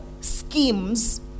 schemes